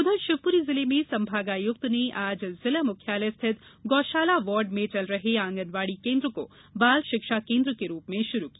उधर शिवपुरी जिले में संभागायुक्त ने आज जिला मुख्यालय स्थित गौशाला वार्ड में चल रहे आंगनवाड़ी केन्द्र को बाल शिक्षा केन्द्र के रूप में शुरू किया